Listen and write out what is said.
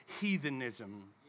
heathenism